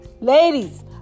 Ladies